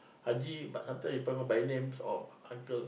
haji but sometime people call by names or uncle